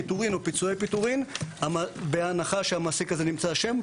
פיטורין או פיצויי פיטורין - בהנחה שהמעסיק הזה נמצא אשם,